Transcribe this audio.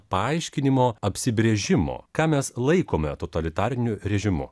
paaiškinimo apsibrėžimo ką mes laikome totalitariniu režimu